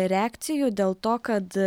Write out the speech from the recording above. reakcijų dėl to kad